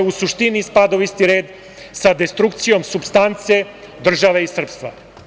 U suštini spada u isti red sa destrukcijom supstance države i srpstva.